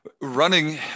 running